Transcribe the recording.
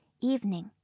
Evening